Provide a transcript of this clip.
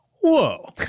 Whoa